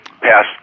pass